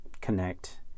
connect